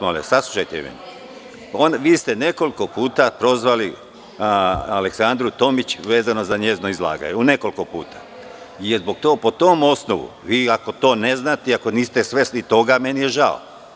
Molim vas, saslušajte me, vi ste nekoliko puta prozvali Aleksandru Tomić, vezano za njeno izlaganje, nekoliko puta, a ako vi to ne znate i ako niste svesni toga, meni je žao.